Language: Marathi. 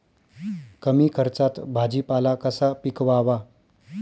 कमी खर्चात भाजीपाला कसा पिकवावा?